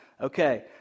Okay